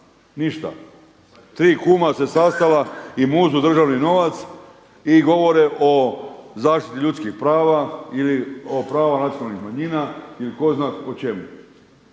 Ništa. Tri kuma se sastala i muzu državni novac i govore o zaštiti ljudskih prava ili o pravima nacionalnih manjina ili tko zna o čemu.